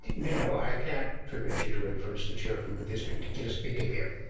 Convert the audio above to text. no, no i can't permit you to influence the children with this ridiculous behavior.